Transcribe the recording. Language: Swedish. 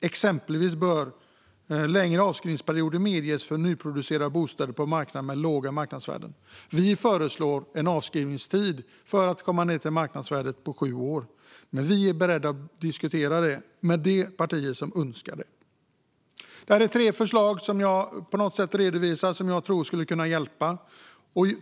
Exempelvis bör längre avskrivningsperioder medges för nyproducerade bostäder på marknader med låga marknadsvärden. Vi föreslår en avskrivningstid på sju år, och vi är beredda att diskutera det med de partier som så önskar. De tre förslag jag nu redovisat tror jag kommer att kunna hjälpa.